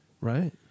Right